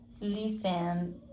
listen